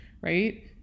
right